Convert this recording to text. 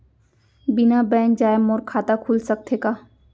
बिना बैंक जाए मोर खाता खुल सकथे का?